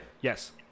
Yes